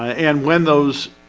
and when those